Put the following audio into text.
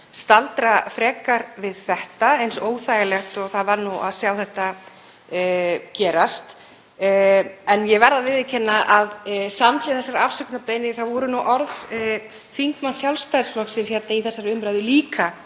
staldra frekar við það eins óþægilegt og það var að sjá þetta gerast. En ég verð að viðurkenna að samhliða þessari afsökunarbeiðni voru orð þingmanns Sjálfstæðisflokksins í þessari umræðu líka